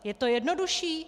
Je to jednodušší?